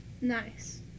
Nice